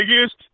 biggest